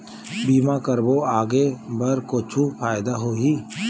बीमा करबो आगे बर कुछु फ़ायदा होही?